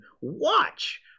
watch